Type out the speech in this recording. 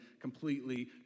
completely